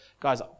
Guys